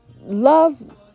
love